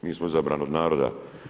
Mi smo izabrani od naroda.